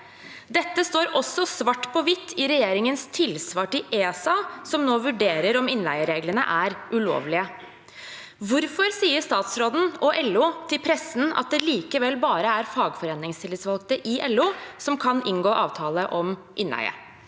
Det står også svart på hvitt i regjeringens tilsvar til ESA, som nå vurderer om innleiereglene er ulovlige. Hvorfor sier statsråden og LO til pressen at det likevel bare er fagforeningstillitsvalgte i LO som kan inngå avtale om innleie?